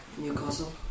Newcastle